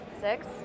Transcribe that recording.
Six